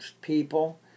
people